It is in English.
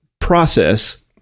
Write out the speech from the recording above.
process